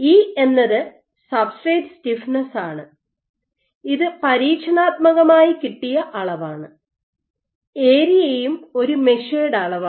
E എന്നത് substrate stiffness ആണ് ഇത് പരീക്ഷണാത്മകമായി കിട്ടിയ അളവാണ് ഏരിയയും ഒരു മെഷേഡ് അളവാണ്